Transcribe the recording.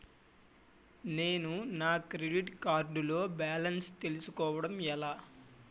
నేను నా credit card లో బాలన్స్ తెలుసుకోవడం ఎలా?